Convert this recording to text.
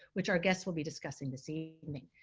which our guests will be discussing this evening.